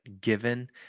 given